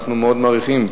אנחנו מאוד מעריכים.